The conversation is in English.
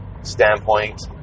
standpoint